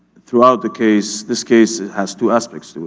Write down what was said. throughout the case, this case has two aspects to